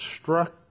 struck